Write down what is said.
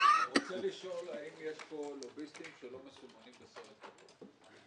רוצה לשאול האם יש פה לוביסטים שלא מסומנים בסרט כתום.